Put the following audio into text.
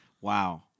Wow